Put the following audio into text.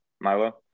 Milo